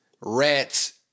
rats